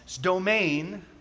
domain